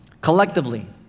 Collectively